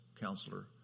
counselor